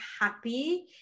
happy